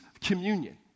communion